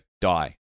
die